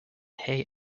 hey